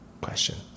question